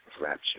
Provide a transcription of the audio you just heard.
rapture